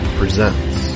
presents